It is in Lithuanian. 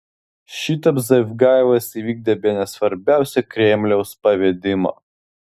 šitaip zavgajevas įvykdė bene svarbiausią kremliaus pavedimą